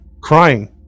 crying